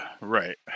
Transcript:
Right